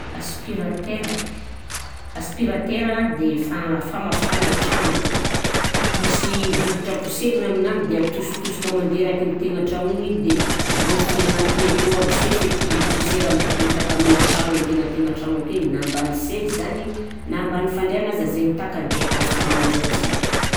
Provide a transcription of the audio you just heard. Aspirateur a, aspirateur an de fa- famafagna tragno, misy bokotra poserigny aminany de atositosika mandeh eraky ny tegna-tragno igny de raofiny akao aby se fetriky posiera miparitaka amina tragno an-tegnantegnan-tragno akegny na ambany sezy zany na ambany fandriana aza, zaigny takany afakananzy aby se.